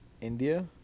India